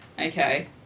Okay